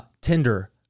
Tinder